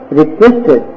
requested